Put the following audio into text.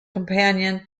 companion